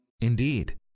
Indeed